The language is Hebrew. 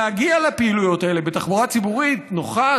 להגיע לפעילויות האלה בתחבורה ציבורית נוחה,